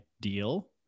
deal